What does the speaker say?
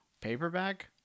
paperback